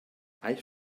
alls